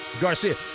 Garcia